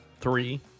three